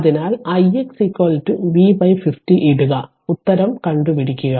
അതിനാൽ ഇത് അങ്ങനെയാണെങ്കിൽ ix V 50 ഇടുക ഉത്തരം കണ്ടു പിടിക്കുക